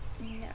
No